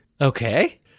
Okay